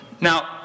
Now